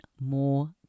more